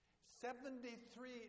Seventy-three